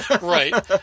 Right